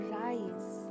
rise